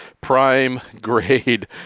prime-grade